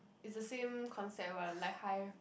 it's the same concept what like hive